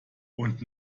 und